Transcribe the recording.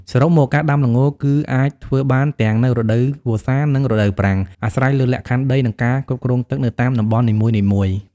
សរុបមក ការដាំល្ងគឺអាចធ្វើបានទាំងនៅរដូវវស្សា និងរដូវប្រាំង អាស្រ័យលើលក្ខខណ្ឌដី និងការគ្រប់គ្រងទឹកនៅតាមតំបន់នីមួយៗ។